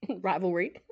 Rivalry